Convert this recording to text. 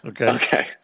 Okay